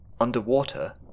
Underwater